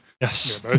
Yes